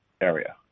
area